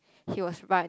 he was right